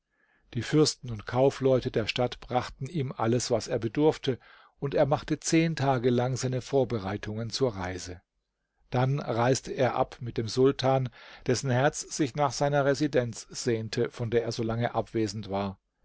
die fürsten und kaufleute der stadt brachten ihm alles was er bedurfte und er machte zehn tage lang seine vorbereitungen zur reise dann reiste er ab mit dem sultan dessen herz sich nach seiner residenz sehnte von der er so lange abwesend war